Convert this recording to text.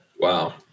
Wow